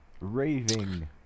Raving